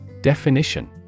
Definition